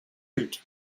street